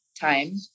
time